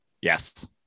Yes